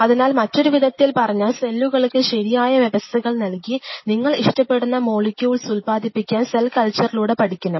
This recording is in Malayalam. അതിനാൽ മറ്റൊരു വിധത്തിൽ പറഞ്ഞാൽ സെല്ലുകൾക്ക് ശരിയായ വ്യവസ്ഥകൾ നൽകി നിങ്ങൾ ഇഷ്ടപ്പെടുന്ന മോളിക്യൂൾസ് ഉത്പാദിപ്പിക്കാൻ സെൽ കൾച്ചറിലൂടെ പഠിക്കണം